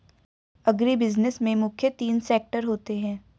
agribusiness में मुख्य तीन सेक्टर होते है